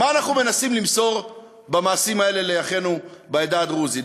מה אנחנו מנסים למסור במעשים האלה לאחינו בעדה הדרוזית?